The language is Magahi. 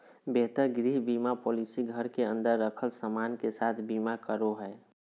बेहतर गृह बीमा पॉलिसी घर के अंदर रखल सामान के साथ बीमा करो हय